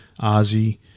Ozzy